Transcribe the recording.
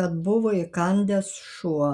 kad buvo įkandęs šuo